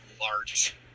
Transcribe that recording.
large